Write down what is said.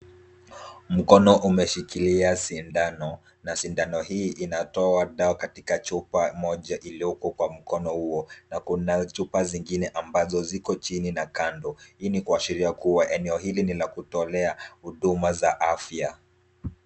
Mkono umeshikilia sindano na sindano hii inatoa dawa katika chupa moja ilioko kwa mkono huo na kuna chupa zingine ambazo ziko chini na kando hii ni kuashiria kuwa eneo hili ni la kutolea huduma za afya.